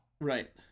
Right